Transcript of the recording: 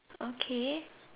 okay